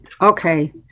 Okay